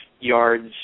yards